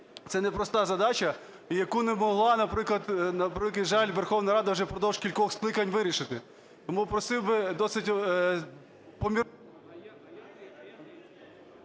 Це непроста задача, яку не могла, наприклад, на превеликий жаль, Верховна Рада вже впродовж кількох скликань вирішити. Тому просив би досить помірковано...